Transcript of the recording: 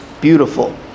beautiful